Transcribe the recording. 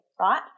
right